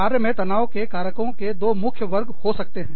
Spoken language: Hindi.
कार्य में तनाव के कारकों के दो मुख्य वर्ग हो सकते हैं